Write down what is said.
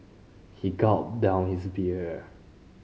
he gulped down his beer